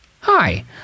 Hi